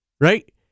Right